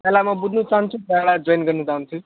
पहिला म बुझ्नुचाहन्छु त्यहाँबाट जोइन गर्न चाहन्छु